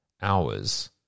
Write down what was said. hours